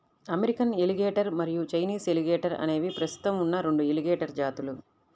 American alligator మరియు Chinese alligator అనేవి ప్రస్తుతం ఉన్న రెండు ఎలిగేటర్ జాతులు